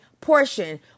portion